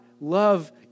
love